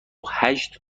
هشت